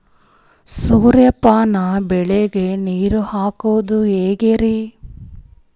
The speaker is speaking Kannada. ಸೂರ್ಯಪಾನ ಬೆಳಿಗ ನೀರ್ ಹಾಕೋದ ಹೆಂಗರಿ?